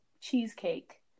cheesecake